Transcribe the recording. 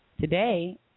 Today